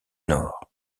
nord